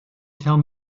tell